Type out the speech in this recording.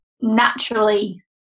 naturally